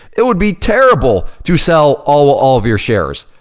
it would be terrible to sell all all of your shares.